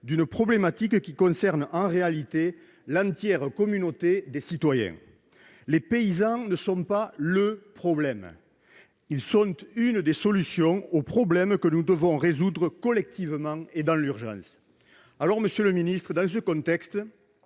d'une problématique qui concerne en réalité l'entière communauté des citoyens. Les paysans ne sont pas le problème : ils sont l'une des solutions aux difficultés que nous devons résoudre collectivement et dans l'urgence. Alors, monsieur le ministre, au vu de ce contexte,